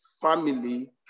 family